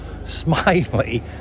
Smiley